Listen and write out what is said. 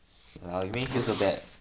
!walao! you make me feel so bad